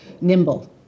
nimble